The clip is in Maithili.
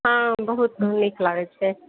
हँ बहुत नीक लागैत छै